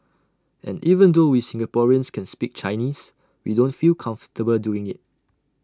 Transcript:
and even though we Singaporeans can speak Chinese we don't feel comfortable doing IT